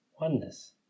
oneness